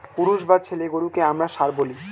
পুরুষ বা ছেলে গরুকে আমরা ষাঁড় বলি